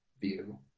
view